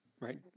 Right